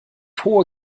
hohe